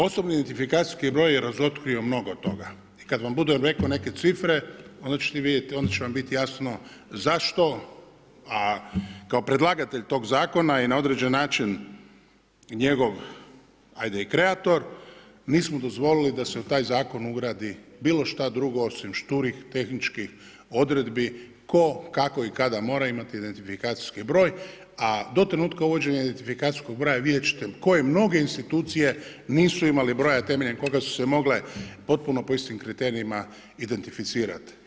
Osobni identifikacijski broj je razotkrio mnogo toga i kad vam budem rekao neke cifre, onda će vam biti jasno zašto, a kao predlagatelj tog zakona i na određen način i njegov, ajde i kreator, nismo dozvolili da se u taj zakon ugradi bilo šta drugo osim šturih, tehničkih odredbi tko, kako i kada mora imati identifikacijski broj, a do trenutka uvođenja identifikacijskog broja, vidjet ćete koje mnoge institucije nisu imali broja temeljem koga su se mogle potpuno po istim kriterijima identificirat.